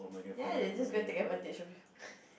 then I had to just go take advantage of you